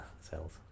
cells